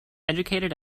educated